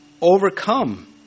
overcome